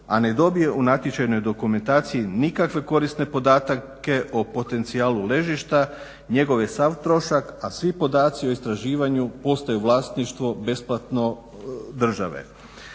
a ne dobije u natječajnoj dokumentaciji nikakve korisne podatke o potencijalu ležišta, njegov je sav trošak a svi podaci o istraživanju postaju vlasništvo besplatno države.